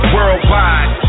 Worldwide